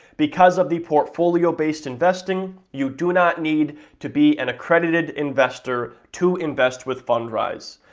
because of the portfolio-based investing you do not need to be an accredited investor to invest with fundrise.